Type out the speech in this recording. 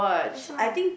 that's why